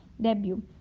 debut